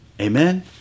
amen